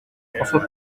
françois